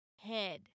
Head